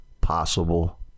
possible